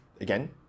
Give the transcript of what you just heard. again